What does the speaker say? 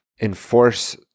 enforce